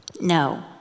No